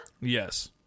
Yes